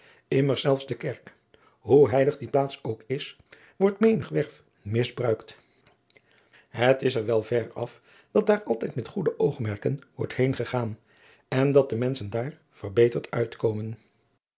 immers zelfs de kerk hoe heilig die plaats ook is wordt menigwerf misbruikt het is er wel ver af dat daar altijd met goede oogmerken wordt heengegaan en dat de menschen daar verbeterd uitkomen